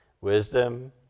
Wisdom